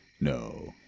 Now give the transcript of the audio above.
no